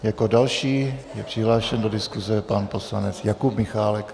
Jako další je přihlášen do diskuse pan poslanec Jakub Michálek.